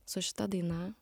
su šita daina